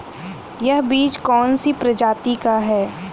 यह बीज कौन सी प्रजाति का है?